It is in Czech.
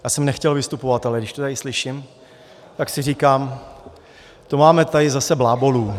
Já jsem nechtěl vystupovat, ale když to tady slyším, tak si říkám: To máme tady zase blábolů!